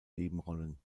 nebenrollen